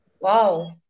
Wow